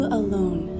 alone